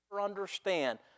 understand